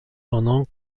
pendant